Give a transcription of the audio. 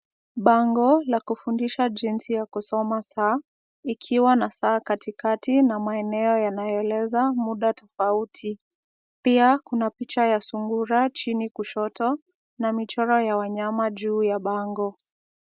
Bango la kufundisha jinsi ya kusoma saa ikiwa na saa katikati na maeneo yanayoeleza muda tofauti. Pia, kuna picha ya sungura chini kushoto na michoro ya wanyama juu ya bango.